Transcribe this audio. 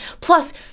Plus